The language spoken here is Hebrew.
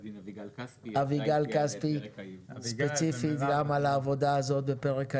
אביגיל כספי ספציפית גם על העבודה הזאת בפרק היבוא,